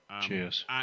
Cheers